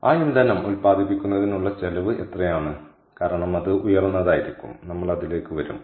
ആ ഇന്ധനം ഉൽപ്പാദിപ്പിക്കുന്നതിനുള്ള ചെലവ് എത്രയാണ് കാരണം അത് ഉയർന്നതായിരിക്കും നമ്മൾ അതിലേക്ക് വരും